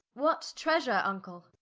what treasure vncle?